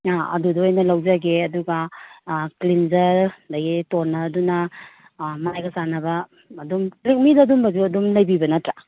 ꯑꯥ ꯑꯗꯨꯗ ꯑꯣꯏꯅ ꯂꯧꯖꯒꯦ ꯑꯗꯨꯒ ꯀ꯭ꯂꯤꯟꯖꯔ ꯑꯗꯒꯤ ꯇꯣꯅꯔꯗꯅ ꯃꯥꯏꯒ ꯆꯥꯟꯅꯕ ꯑꯗꯨꯝ ꯂꯦꯛꯃꯤꯗ ꯑꯗꯨꯝꯕꯁꯨ ꯑꯗꯨꯝ ꯂꯩꯕꯤꯕ ꯅꯠꯇ꯭ꯔꯥ